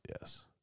yes